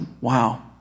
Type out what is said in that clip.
wow